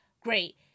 Great